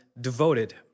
devoted